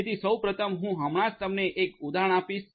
તેથી સૌ પ્રથમ હું હમણાં જ તમને એક ઉદાહરણ આપીશ